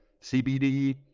cbd